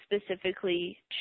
specifically